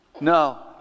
No